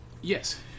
Yes